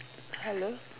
hello